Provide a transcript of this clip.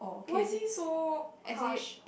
why say so harsh